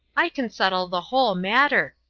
i can settle the whole matter.